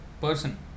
person